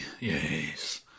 Yes